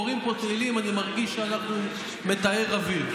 קוראים פה תהילים, אני מרגיש שאנחנו מטהר אוויר.